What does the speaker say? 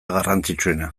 garrantzitsuena